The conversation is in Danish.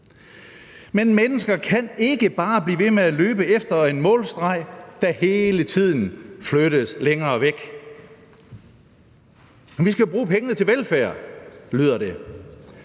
Men mennesker kan ikke bare blive ved med at løbe efter en målstreg, der hele tiden flyttes længere væk. Vi skal bruge pengene til velfærd, lyder det.